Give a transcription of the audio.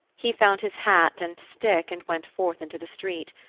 he found his hat and stick and went forth into the street.